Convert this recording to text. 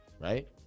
right